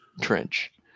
trench